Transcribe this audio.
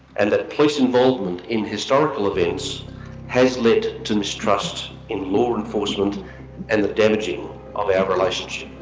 and that police involvement in historical events has led to mistrust in law enforcement and the damaging of our relationship.